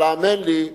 אבל האמן לי,